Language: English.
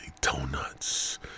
donuts